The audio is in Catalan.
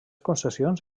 concessions